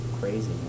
crazy